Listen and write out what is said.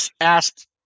asked